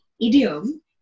idiom